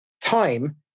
Time